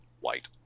White